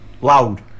Loud